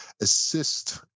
assist